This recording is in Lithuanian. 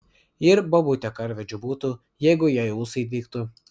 ir bobutė karvedžiu būtų jeigu jai ūsai dygtų